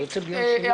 בדקתי עם משרד הבריאות.